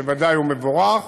שבוודאי הוא מבורך.